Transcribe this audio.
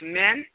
men